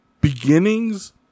beginnings